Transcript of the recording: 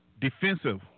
defensive